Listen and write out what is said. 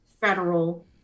federal